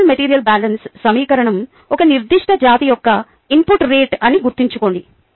basal material balance సమీకరణం ఒక నిర్దిష్ట జాతి యొక్క ఇన్పుట్ రేటు అని గుర్తుంచుకోండి